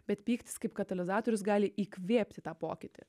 bet pyktis kaip katalizatorius gali įkvėpti tą pokytį